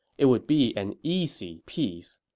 it would be an easy peace.